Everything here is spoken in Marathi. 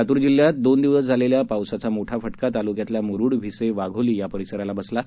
लातूर जिल्ह्यात दोन दिवस झालेल्या पावसाचा मोठा फटका तालुक्यातल्या मुरूड भिसे वाघोली परिसराला बसला आहे